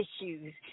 issues